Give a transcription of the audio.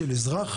של אזרח,